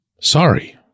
Sorry